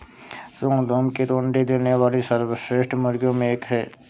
स्वर्ण धूमकेतु अंडे देने वाली सर्वश्रेष्ठ मुर्गियों में एक है